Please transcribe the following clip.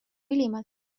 ülimalt